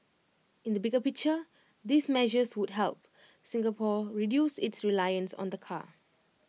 in the bigger picture these measures would help Singapore reduce its reliance on the car